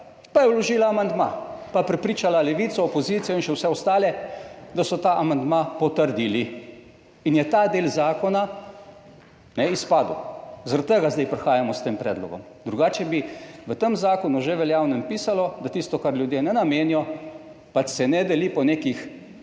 pa je vložila amandma, pa prepričala Levico, opozicijo in še vse ostale, da so ta amandma potrdili in je ta del zakona izpadel. Zaradi tega zdaj prihajamo s tem predlogom, drugače bi v tem zakonu, že veljavnem, pisalo, da tisto kar ljudje ne namenijo se ne deli po nekih